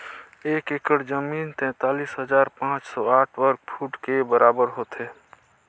एक एकड़ जमीन तैंतालीस हजार पांच सौ साठ वर्ग फुट के बराबर होथे